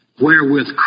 wherewith